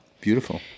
Beautiful